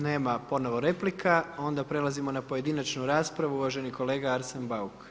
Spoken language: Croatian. Nema ponovno replika, onda prelazimo na pojedinačnu raspravu uvaženi kolega Arsen Bauk.